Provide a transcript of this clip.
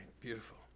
beautiful